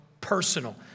personal